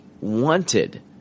wanted